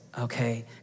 okay